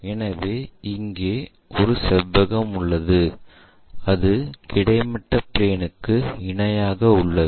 எனவே இங்கே ஒரு செவ்வகம் உள்ளது இது கிடைமட்ட ப்ளேனுக்கு இணையாக உள்ளது